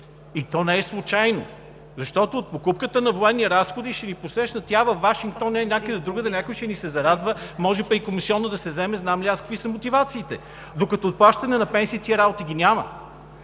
и то не е случайно, защото от покупката – военни разходи, ще Ви посрещнат я във Вашингтон, я някъде другаде, някой ще ни се зарадва, може пък и комисиона да се вземе – знам ли какви са мотивациите. Докато от плащане на пенсии тези работи ги няма!